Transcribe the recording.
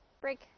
Break